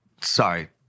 sorry